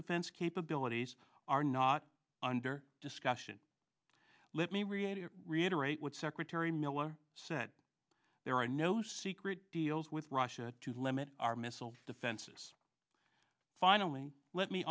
defense capabilities are not under discussion let me read a to reiterate what secretary miller said there are no secret deals with russia to limit our missile defenses finally let me